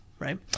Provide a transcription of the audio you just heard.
Right